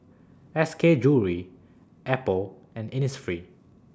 S K Jewellery Apple and Innisfree